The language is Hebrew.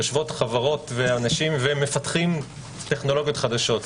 יושבות חברות ואנשים ומפתחים טכנולוגיות חדשות,